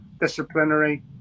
disciplinary